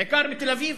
בעיקר בתל-אביב,